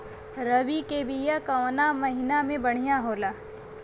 रबी के बिया कवना महीना मे बढ़ियां होला?